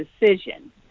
decision